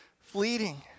fleeting